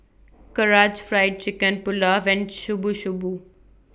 Karaage Fried Chicken Pulao and Shubu Shubu